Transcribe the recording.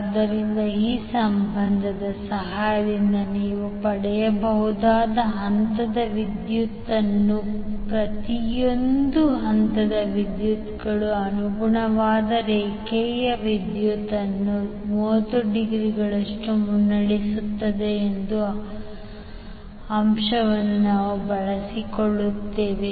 ಆದ್ದರಿಂದ ಈ ಸಂಬಂಧದ ಸಹಾಯದಿಂದ ನೀವು ಪಡೆಯಬಹುದಾದ ಹಂತದ ವಿದ್ಯುತ್ಮತ್ತು ಪ್ರತಿಯೊಂದು ಹಂತದ ವಿದ್ಯುತ್ಗಳು ಅನುಗುಣವಾದ ರೇಖೆಯ ವಿದ್ಯುತ್ನ್ನು 30 ಡಿಗ್ರಿಗಳಷ್ಟು ಮುನ್ನಡೆಸುತ್ತವೆ ಎಂಬ ಅಂಶವನ್ನು ನಾವು ಬಳಸಿಕೊಳ್ಳುತ್ತೇವೆ